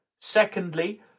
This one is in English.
Secondly